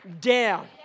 down